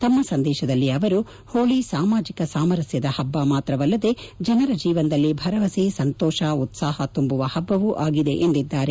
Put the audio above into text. ತಮ್ನ ಸಂದೇಶದಲ್ಲಿ ಅವರು ಹೋಳಿ ಸಾಮಾಜಿಕ ಸಾಮರಸ್ಥದ ಹಬ್ಬ ಮಾತ್ರವಲ್ಲದೇ ಜನರ ಜೀವನದಲ್ಲಿ ಭರವಸೆ ಸಂತೋಷ ಉತ್ತಾಪ ತುಂಬುವ ಹಬ್ಬವೂ ಆಗಿದೆ ಎಂದಿದ್ದಾರೆ